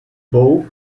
both